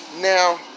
Now